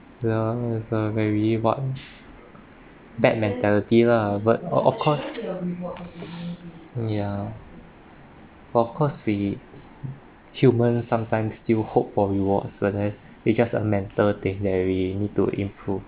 ya that's not very what bad mentality lah but of of course yeah of course we human sometimes still hope for reward so that's it just a mental that we need to improve